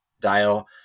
dial